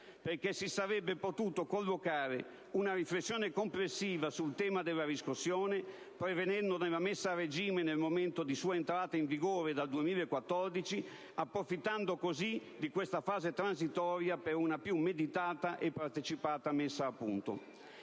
perché si sarebbe potuta collocare una riflessione complessiva sul tema della riscossione, prevedendone la messa a regime nel momento della sua entrata in vigore, dal 2014, approfittando così di questa fase transitoria per una più meditata e partecipata messa a punto.